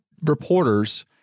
reporters